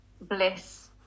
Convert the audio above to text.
bliss